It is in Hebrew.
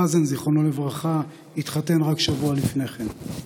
חזן, זיכרונו לברכה, התחתן רק שבוע לפני כן.